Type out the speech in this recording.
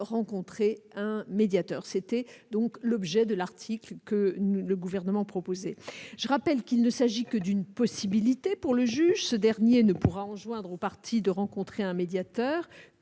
était l'objet de la disposition que le Gouvernement avait proposée. Je rappelle qu'il ne s'agit que d'une possibilité pour le juge. Ce dernier ne pourra enjoindre aux parties de rencontrer un médiateur